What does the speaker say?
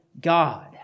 God